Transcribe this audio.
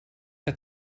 que